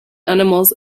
animals